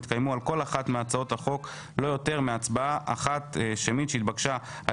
יתקיימו על כל אחת מהצעות החוק לא יותר מהצבעה אחת שמית שהתבקשה על